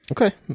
Okay